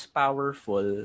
powerful